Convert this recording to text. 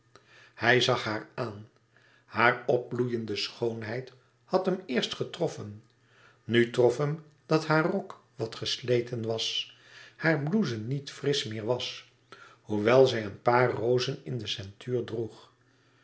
hij zag haar aan hare opbloeiende schoonheid had hem eerst getroffen nu trof hem dat haar rok wat gesleten was hare blouse niet frisch meer was hoewel zij een paar rozen in den ceintuur droeg